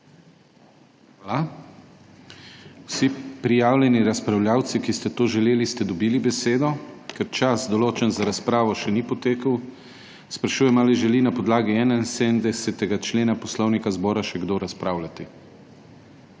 vam. Vsi prijavljeni razpravljavci, ki ste to želeli, ste dobili besedo. Ker čas, določen za razpravo, še ni potekel, sprašujem, ali želi na podlagi 71. člena Poslovnika še kdo razpravljati?